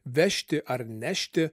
vežti ar nešti